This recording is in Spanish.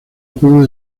juego